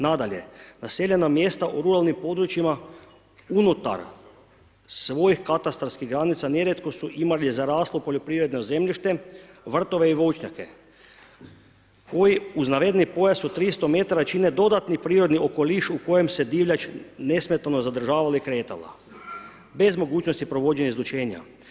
Nadalje, naseljena mjesta u ruralnim područjima unutar svojih katastarskih granica nerijetko su imali zaraslo poljoprivredno zemljište, vrtove i voćnjake, koji uz navedeni pojas od tristo metara čine dodatni prirodni okoliš u kojem se divljač nesmetano zadržavala i kretala, bez mogućnosti provođenja izlučenja.